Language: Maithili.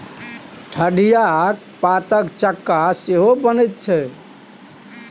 ठढियाक पातक चक्का सेहो बनैत छै